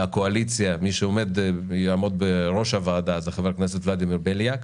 מי שיעמוד בראש הוועדה מהקואליציה זה חבר הכנסת ולדימיר בליאק.